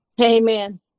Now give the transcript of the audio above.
Amen